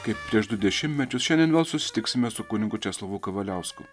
kaip prieš du dešimtmečius šiandien vėl susitiksime su kunigu česlovu kavaliausku